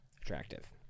attractive